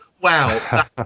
wow